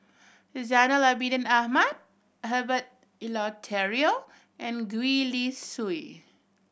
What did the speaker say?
Zainal Abidin Ahmad Herbert Eleuterio and Gwee Li Sui